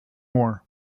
more